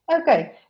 Okay